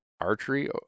archery